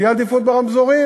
תהיה עדיפות ברמזורים.